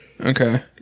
Okay